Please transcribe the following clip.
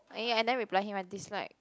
(aiya) I never reply him I dislike